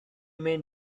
mean